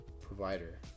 Provider